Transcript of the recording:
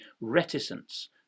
reticence